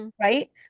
right